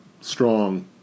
strong